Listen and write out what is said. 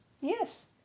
Yes